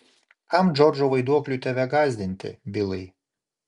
kam džordžo vaiduokliui tave gąsdinti bilai